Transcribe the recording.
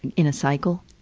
in a cycle.